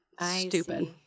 Stupid